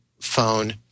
phone